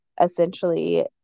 essentially